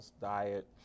diet